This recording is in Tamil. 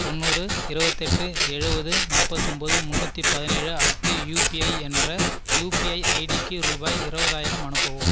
தொண்ணூறு இருபத்தெட்டு எழுபது நாற்பத்தொம்போது முன்னூற்றி பதினேழு அட்டு யூபிஐ என்ற யூபிஐ ஐடிக்கு ரூபாய் இருபதாயிரம் அனுப்பவும்